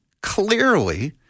clearly